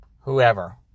whoever